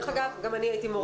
לגבי כמה ימים נוספים,